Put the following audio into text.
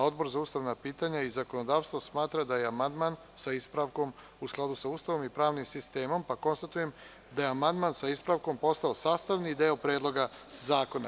Odbor za ustavna pitanja i zakonodavstvo smatra da je amandman sa ispravkom u skladu sa Ustavom i pravnim sistemom, pa konstatujem da je amandman sa ispravkom postao sastavni deo Predloga zakona.